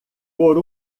por